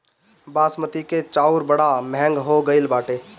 बासमती के चाऊर बड़ा महंग हो गईल बाटे